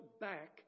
back